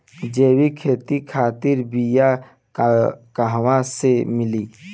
जैविक खेती खातिर बीया कहाँसे मिली?